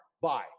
Bye